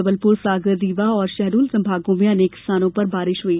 जबलपुर सागर रीवा और शहडोल संभागों में अनेक स्थानों पर बारिश हुई